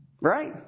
Right